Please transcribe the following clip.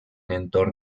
entorn